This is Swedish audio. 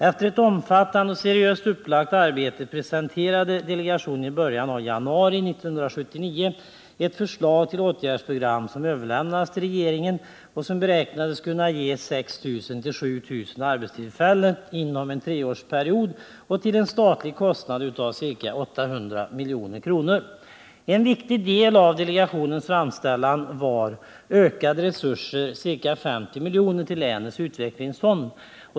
Efter ett omfattande och seriöst upplagt arbete presenterade delegationen i början av januari 1979 ett förslag till åtgärdsprogram som överlämnades till regeringen och som beräknades kunna ge 6 000-7 000 arbetstillfällen inom en treårsperiod och till en kostnad för staten av ca 800 milj.kr. En viktig del av delegationens framställning var ökade resurser, ca 50 miljoner till länets utvecklingsfond.